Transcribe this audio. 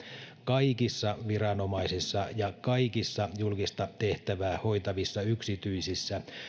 kaikissa viranomaisissa ja kaikissa julkista tehtävää hoitavissa yksityisissä